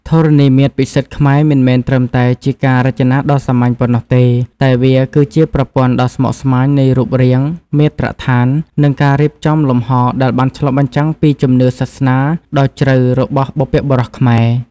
ធរណីមាត្រពិសិដ្ឋខ្មែរមិនមែនត្រឹមតែជាការរចនាដ៏សាមញ្ញប៉ុណ្ណោះទេ តែវាគឺជាប្រព័ន្ធដ៏ស្មុគស្មាញនៃរូបរាង មាត្រដ្ឋាន និងការរៀបចំលំហដែលបានឆ្លុះបញ្ចាំងពីជំនឿសាសនាដ៏ជ្រៅរបស់បុព្វបុរសខ្មែរ។